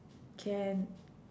can